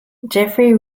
jeffery